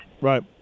Right